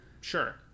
Sure